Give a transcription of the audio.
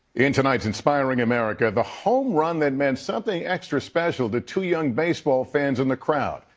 in tonight's inspiring america, the home run that meant something extra special to two young baseball fans in the crowd.